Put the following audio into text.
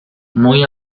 muy